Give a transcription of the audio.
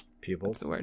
Pupils